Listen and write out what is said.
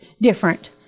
different